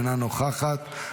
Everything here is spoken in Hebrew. אינה נוכחת,